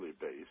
based